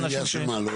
הסרת מניעה של מה?